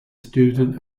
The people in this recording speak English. student